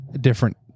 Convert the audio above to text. different